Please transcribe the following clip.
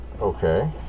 Okay